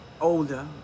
older